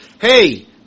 hey